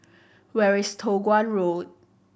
where is Toh Guan Road